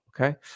Okay